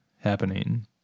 happening